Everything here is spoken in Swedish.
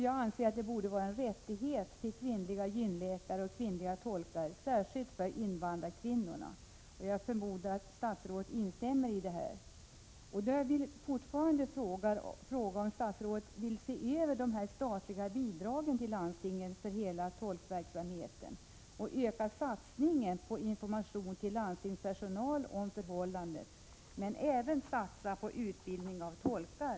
Jag anser att kvinnliga gynekologer och kvinnliga tolkar borde vara en rättighet särskilt för invandrarkvinnorna-— och jag förmodar att statsrådet instämmer.